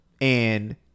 and-